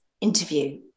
interview